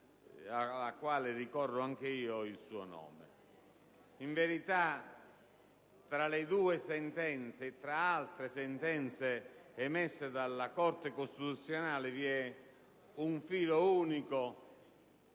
In verità, tra le due sentenze, e tra altre sentenze emesse dalla Corte costituzionale, vi è un filo unico